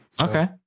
Okay